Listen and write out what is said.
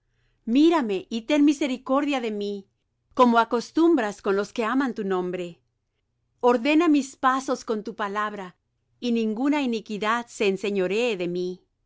mírame y ten misericordia de mí como acostumbras con los que aman tu nombre ordena mis pasos con tu palabra y ninguna iniquidad se enseñoree de mí